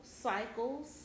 cycles